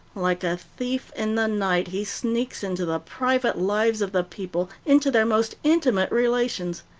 like a thief in the night he sneaks into the private lives of the people, into their most intimate relations.